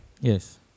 Yes